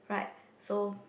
right so